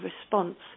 response